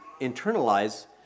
internalize